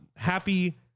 happy